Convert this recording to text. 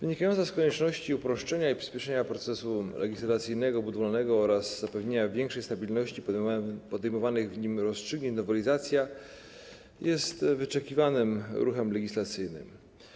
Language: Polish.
Wynikająca z konieczności uproszczenia i przyspieszenia procesu legislacyjnego Prawa budowlanego oraz zapewnienia większej stabilności podejmowanych w nim rozstrzygnięć nowelizacja jest wyczekiwanym ruchem legislacyjnym.